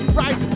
right